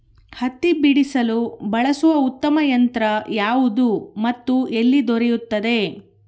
ಹತ್ತಿ ಬಿಡಿಸಲು ಬಳಸುವ ಉತ್ತಮ ಯಂತ್ರ ಯಾವುದು ಮತ್ತು ಎಲ್ಲಿ ದೊರೆಯುತ್ತದೆ?